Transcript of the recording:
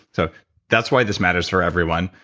so that's why this matters for everyone.